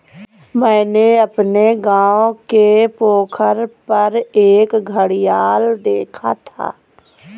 मैंने अपने गांव के पोखर पर एक घड़ियाल देखा था